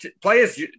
players